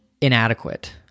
inadequate